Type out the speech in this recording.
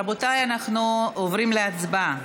רבותיי, אנחנו עוברים להצבעה.